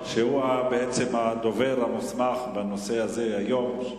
שהוא בעצם הדובר המוסמך בנושא הזה היום,